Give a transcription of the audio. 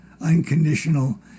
unconditional